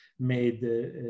made